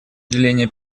уделения